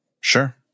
Sure